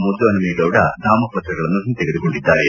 ಮುದ್ದುಪನುಮೇಗೌಡ ನಾಮಪತ್ರಗಳನ್ನು ಹಿಂತೆಗೆದುಕೊಂಡಿದ್ದಾರೆ